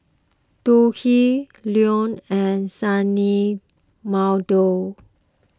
Leo and Sunny